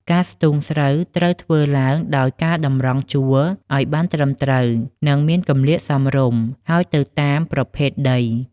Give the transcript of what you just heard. ការស្ទូងស្រូវត្រូវធ្វើឡើងដោយការតម្រង់ជួរឱ្យបានត្រឹមត្រូវ និងមានគម្លាតសមរម្យ ហើយទៅតាមប្រភេទដី។